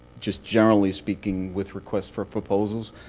just generally speaking, with requests for proposals.